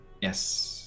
Yes